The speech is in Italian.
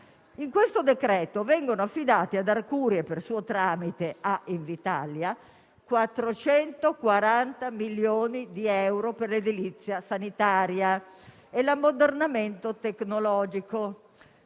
In questo decreto-legge vengono affidati ad Arcuri - e, per suo tramite, a Invitalia - 440 milioni di euro per l'edilizia sanitaria e l'ammodernamento tecnologico.